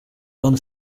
non